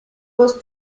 was